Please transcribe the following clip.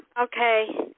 Okay